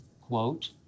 quote